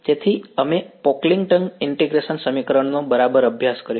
તેથી અમે Pocklington integrate સમીકરણનો બરાબર અભ્યાસ કર્યો છે